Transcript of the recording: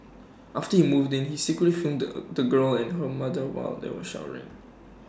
after he moved in he secretly filmed the girl and her mother while they were showering